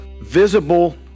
visible